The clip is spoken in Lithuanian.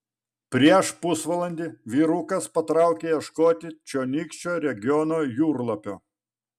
prieš pusvalandį vyrukas patraukė ieškoti čionykščio regiono jūrlapio